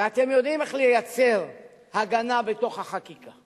ואתם יודעים איך לייצר הגנה בתוך החקיקה,